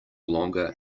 longer